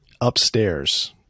upstairs –